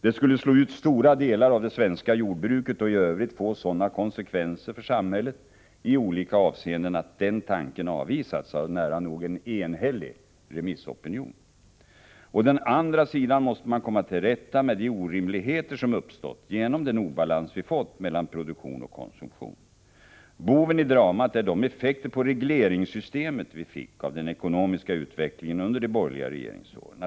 Det skulle slå ut stora delar av det svenska jordbruket och i övrigt i olika avseenden få sådana konsekvenser för samhället att den tanken avvisats av en nära nog enhällig remissopinion. Å andra sidan måste man komma till rätta med de orimligheter som uppstått genom den obalans vi fått mellan produktion och konsumtion. Boven i dramat är de effekter på regleringssystemet som följde av den ekonomiska utvecklingen under de borgerliga regeringsåren.